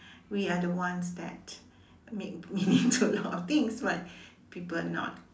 we are the ones that make meaning to a lot of things but people not